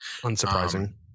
Unsurprising